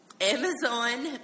Amazon